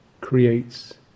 creates